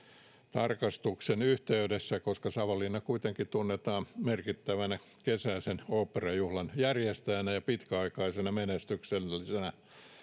tarkastuksen yhteydessä koska savonlinna kuitenkin tunnetaan merkittävänä kesäisen oopperajuhlan järjestäjänä ja pitkäaikaisena menestyksellisenä